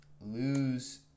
lose